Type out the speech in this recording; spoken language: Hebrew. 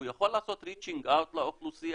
הוא יכול לעשות ריצ'ינג אאוט לאוכלוסייה?